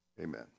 amen